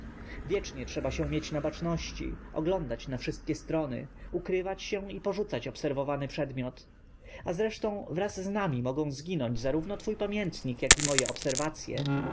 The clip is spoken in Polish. wiecznie trzeba się mieć na baczności oglądać na wszystkie strony ukrywać się i porzucać obserwowany przedmiot a zresztą wraz z nami mogą zginąć zarówno twój pamiętnik jak moje obserwacye